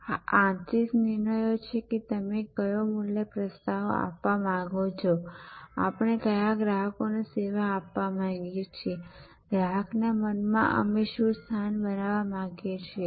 આ આંતરિક નિર્ણયો છે કે તમે કયો મૂલ્ય પ્રસ્તાવ આપવા માંગો છો આપણે કયા ગ્રાહકોને સેવા આપવા માંગીએ છીએ ગ્રાહકના મનમાં અમે શું સ્થાન બનાવવા માંગીએ છીએ